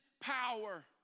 power